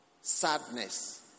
sadness